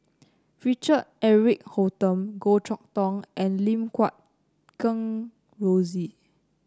Richard Eric Holttum Goh Chok Tong and Lim Guat Kheng Rosie